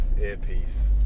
earpiece